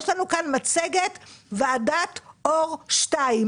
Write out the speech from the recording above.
יש לנו כאן מצגת שהיא ועדת אור 2,